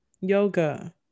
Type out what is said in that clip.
yoga